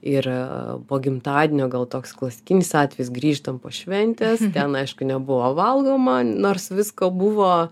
ir po gimtadienio gal toks klasikinis atvejis grįžtam po šventės ten aišku nebuvo valgoma nors visko buvo